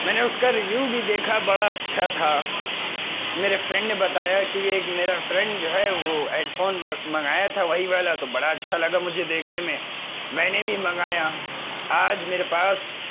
میں نے اس کا ریویو بھی دیکھا بڑا اچھا تھا میرے فرینڈ نے بتایا کہ وہ ایک میرا فرینڈ جو ہے وہ ہیڈ فون منگایا تھا وہی والا تو بڑا اچھا لگا مجھے دیکھنے میں میں نے بھی منگایا آج میرے پاس